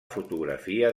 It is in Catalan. fotografia